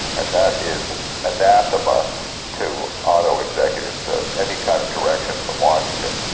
and that is anathema to auto executives, so any kind of direction from washington.